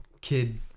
kid